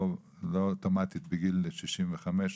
לא אוטומטית בגיל 65,